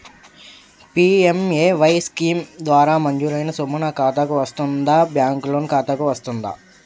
PMAY scheme ద్వారా మంజూరైన సొమ్ము నా ఖాతా కు వస్తుందాబ్యాంకు లోన్ ఖాతాకు వస్తుందా?